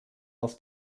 auf